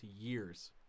years